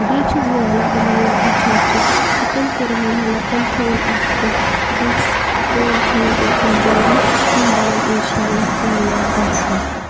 بیٚیہِ چھَس بہٕ وَنان یِمَن یِم ہیٚچھان چھِ کہِ تِم کٔرِنۍ محنت تِم تھٲیِن اَتھ کُن ہیٚس کٲم تھٲیِن اوکُن جٲری تِم بنَن اِنشاء اللہ کامیاب اِنسان